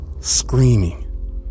screaming